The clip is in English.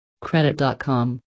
Credit.com